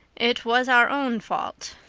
it was our own fault,